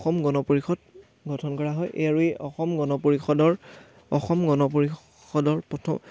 অসম গণ পৰিষদ গঠন কৰা হয় এই আৰু এই অসম গণ পৰিষদৰ অসম গণ পৰিষদৰ প্ৰথম